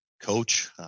coach